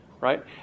right